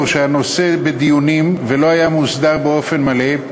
שהנושא בדיונים ולא היה מוסדר באופן מלא,